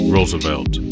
Roosevelt